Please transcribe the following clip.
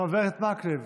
חבר הכנסת מקלב,